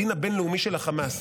הדין הבין-לאומי של חמאס,